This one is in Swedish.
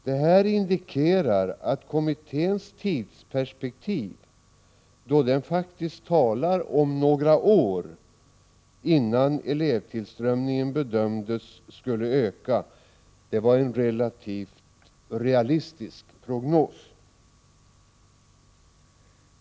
Detta indikerar att kommitténs tidsperspektiv — man gjorde faktiskt bedömningen att det skulle ta några år innan elevtillströmningen skulle öka — var relativt realistiskt.